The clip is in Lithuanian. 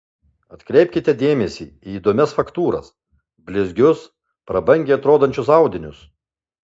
atkreipkite dėmesį į įdomias faktūras blizgius prabangiai atrodančius audinius